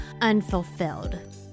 unfulfilled